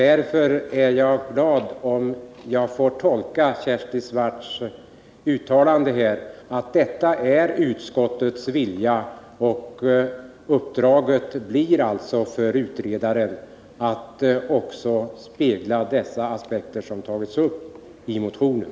Därför är jag glad om jag får tolka Kersti Swartz uttalande så, att det är utskottets vilja att utredarens uppdrag också skall innefatta de aspekter som tagits upp i motionen.